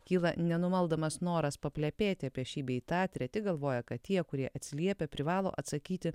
kyla nenumaldomas noras paplepėti apie šį bei tą treti galvoja kad tie kurie atsiliepia privalo atsakyti